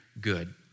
good